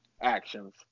actions